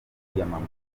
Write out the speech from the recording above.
kwiyamamaza